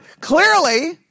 clearly